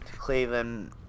Cleveland